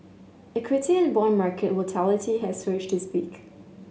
equity and bond market volatility has surged this week